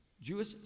Jewish